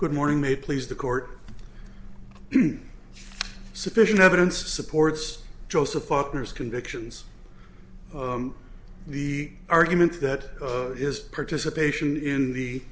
good morning may please the court sufficient evidence supports joseph partner's convictions the argument that his participation in the